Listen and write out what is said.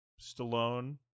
Stallone